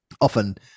Often